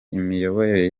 imiyoborere